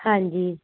ਹਾਂਜੀ